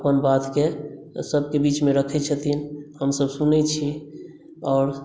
अपन बातके सभके बीचमे रखै छथिन हमसभ सुनै छियै आओर